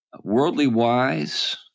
worldly-wise—